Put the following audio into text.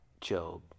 Job